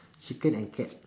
chicken and cat